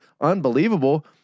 unbelievable